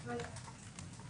בבקשה.